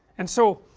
and so,